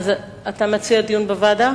אתה מציע דיון בוועדה?